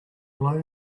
glow